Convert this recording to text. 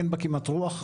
אין בה כמעט רוח.